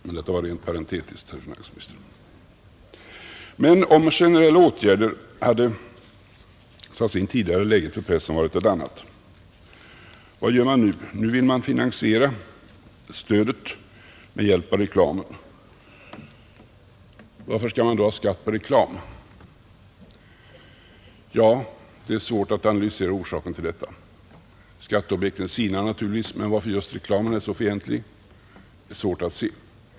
Men detta var rent parentetiskt, herr finansminister. Om generella åtgärder hade satts in tidigare, hade läget för pressen varit ett annat. Vad gör man nu? Nu vill man finansiera stödet med hjälp av reklamen. Varför skall man då ha skatt på reklam? Ja, det är svårt att analysera orsaken till detta, Skatteobjekten sinar naturligtvis, men varför just reklamen är så fientlig är svårt att se.